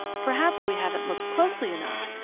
perhaps we haven't looked closely enough.